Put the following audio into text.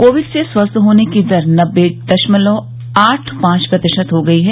Covid से स्वस्थ होने की दर नब्बे दशमलव आठ पांच प्रतिशत हो गई है